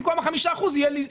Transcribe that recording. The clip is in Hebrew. במקום חמשת האחוזים יהיו לי...